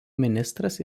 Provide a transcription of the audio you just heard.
ministras